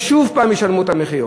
ששוב ישלמו את המחיר.